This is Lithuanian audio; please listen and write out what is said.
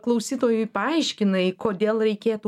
klausytojui paaiškinai kodėl reikėtų